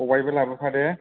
खबायबो लाबोफा दे